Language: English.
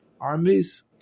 armies